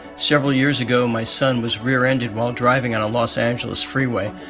several years ago, my son was rear-ended while driving on a los angeles freeway.